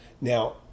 Now